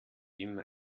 immer